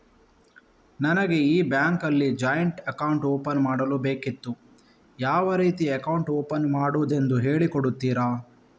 ನನಗೆ ಈ ಬ್ಯಾಂಕ್ ಅಲ್ಲಿ ಜಾಯಿಂಟ್ ಅಕೌಂಟ್ ಓಪನ್ ಮಾಡಲು ಬೇಕಿತ್ತು, ಯಾವ ರೀತಿ ಅಕೌಂಟ್ ಓಪನ್ ಮಾಡುದೆಂದು ಹೇಳಿ ಕೊಡುತ್ತೀರಾ?